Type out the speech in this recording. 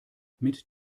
mit